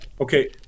okay